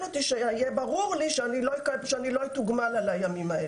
אותי שיהיה ברור לי שאני לא אתוגמל על הימים האלה.